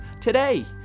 today